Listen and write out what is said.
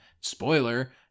spoiler